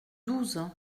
douze